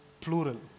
plural